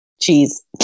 Cheese